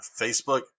Facebook